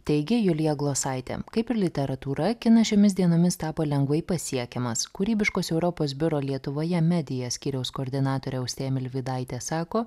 teigė julija glosaitė kaip ir literatūra kinas šiomis dienomis tapo lengvai pasiekiamas kūrybiškos europos biuro lietuvoje media skyriaus koordinatorė austėja milvydaitė sako